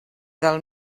del